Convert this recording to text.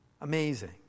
amazing